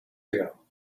ago